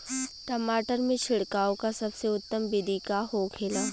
टमाटर में छिड़काव का सबसे उत्तम बिदी का होखेला?